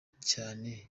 cyane